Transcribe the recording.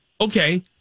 Okay